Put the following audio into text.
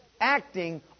acting